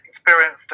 experienced